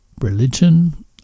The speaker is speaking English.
religion